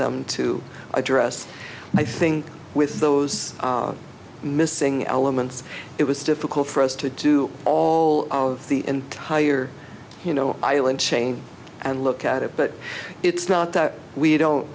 them to address i think with those missing elements it was difficult for us to do all of the entire you know island chain and look at it but it's not that we don't